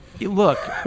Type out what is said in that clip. look